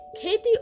Katie